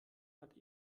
hat